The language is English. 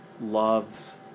love's